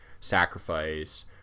sacrifice